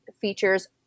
features